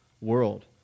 world